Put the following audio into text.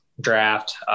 draft